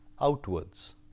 outwards